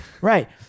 Right